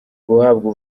guhabwa